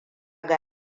ga